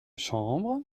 chambre